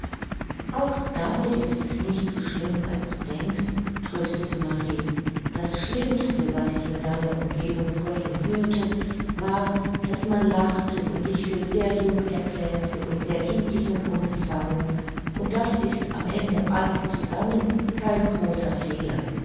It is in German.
auch damit ist es nicht so schlimm als du denkst tröstete marie das schlimmste was ich in deiner umgebung vorhin hörte war daß man lachte und dich für sehr jung erklärte und sehr kindlich und unbefangen und das ist am ende alles zusammen kein großer fehler